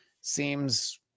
seems